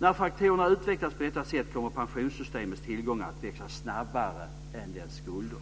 När faktorerna utvecklas på detta sätt kommer pensionssystemets tillgångar att växa snabbare än dess skulder.